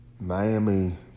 Miami